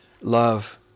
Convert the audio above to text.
love